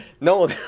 No